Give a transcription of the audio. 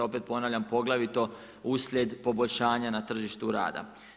Opet ponavljam, poglavito uslijed poboljšanja na tržištu rada.